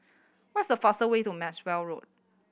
what is the fast way to Maxwell Road